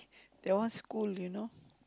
that one school you know